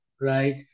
right